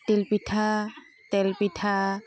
তিলপিঠা তেলপিঠা